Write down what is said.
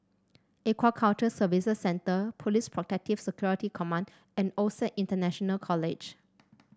Aquaculture Services Centre Police Protective Security Command and OSAC International College